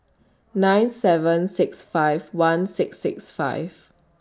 nine seven six five one six six five